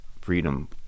freedom